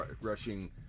rushing